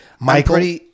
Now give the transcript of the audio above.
Michael